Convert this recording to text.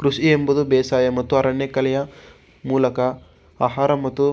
ಕೃಷಿ ಎಂಬುದು ಬೇಸಾಯ ಮತ್ತು ಅರಣ್ಯಕಲೆಯ ಮೂಲಕ ಆಹಾರ ಮತ್ತು